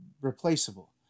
replaceable